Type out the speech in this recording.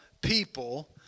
people